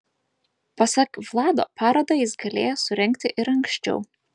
pasak vlado parodą jis galėjęs surengti ir anksčiau